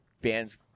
bands